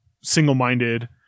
single-minded